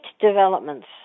developments